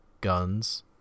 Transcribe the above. guns